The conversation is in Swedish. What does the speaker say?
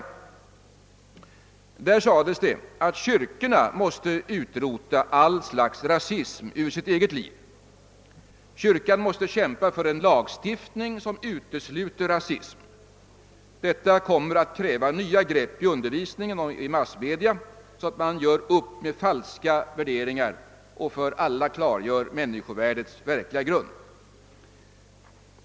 I den frågan sades det att kyrkorna måste utrota all slags rasism ur det kyrkliga livet och kämpa för en lagstiftning som utesluter rasism. Detta kommer att kräva nya grepp i undervisningen och i massmedia, så att man gör upp med alla falska värderingar och klarlägger människovärdets verkliga grund.